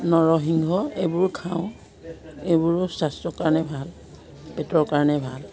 নৰসিংহ এইবোৰ খাওঁ এইবোৰো স্বাস্থ্য কাৰণে ভাল পেটৰ কাৰণে ভাল